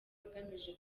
agamije